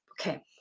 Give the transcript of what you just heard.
Okay